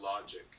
logic